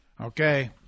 Okay